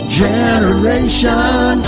generation